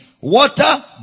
water